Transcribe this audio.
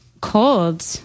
cold